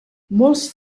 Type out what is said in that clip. molts